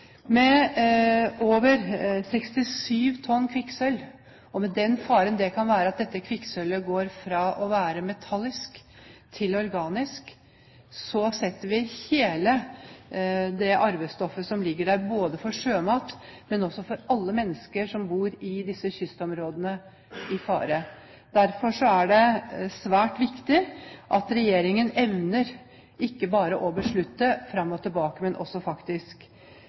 over 67 tonn kvikksølv og faren for at dette kvikksølvet går fra å være metallisk til organisk, setter vi arvestoffet for alle mennesker som bor i disse kystområdene, i fare. Det gjelder også fisken i havet. Derfor er det svært viktig at regjeringen ikke bare evner å beslutte fram og tilbake, men også faktisk